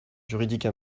juridique